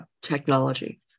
technology